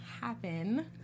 happen